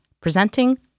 presenting